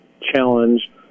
challenge